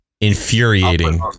Infuriating